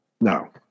No